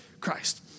Christ